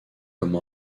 comme